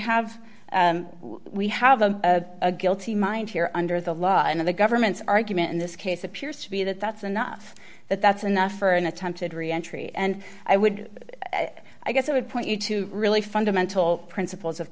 have we have a guilty mind here under the law and the government's argument in this case appears to be that that's enough that that's enough for an attempted reentry and i would i guess i would point you to really fundamental principles of